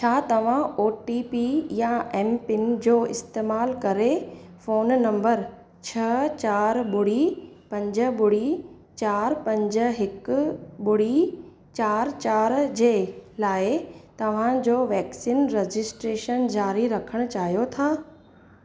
छा तव्हां O T P या एम पिन जो इस्तमाल करे फोन नंबर छह चारि ॿुड़ी पंज ॿुड़ी चारि पंज हिक ॿुड़ी चारि चार जे लाइ तव्हांजो वैक्सीन रजिस्ट्रेशन जारी रखण चाहियो था